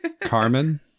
Carmen